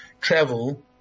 travel